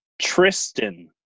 Tristan